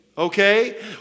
okay